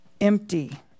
empty